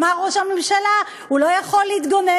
אמר ראש הממשלה: הוא לא יכול להתגונן.